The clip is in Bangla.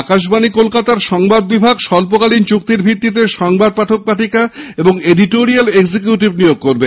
আকাশবাণী কলকাতার সংবাদ বিভাগ স্বল্পকালীন চুক্তির ভিত্তিতে সংবাদ পাঠক পাঠিকা ও এডিটোরিয়াল এক্সিকিউটিভ নিয়োগ করবে